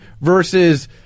versus